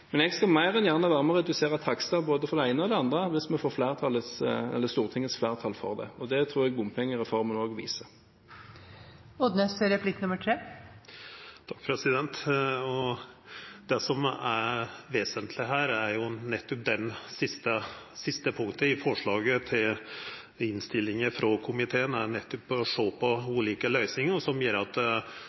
Jeg skal mer enn gjerne være med og redusere takster for både det ene og det andre hvis vi får Stortingets flertall for det. Det tror jeg bompengereformen også viser. Det som er vesentleg her, er jo nettopp det siste punktet i innstillinga til komiteen, som nettopp er å sjå på ulike løysingar som gjer at